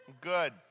Good